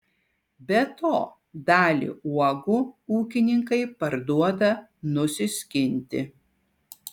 be to dalį uogų ūkininkai parduoda nusiskinti